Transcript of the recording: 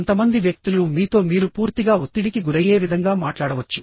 కొంతమంది వ్యక్తులు మీతో మీరు పూర్తిగా ఒత్తిడికి గురయ్యే విధంగా మాట్లాడవచ్చు